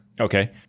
Okay